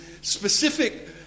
specific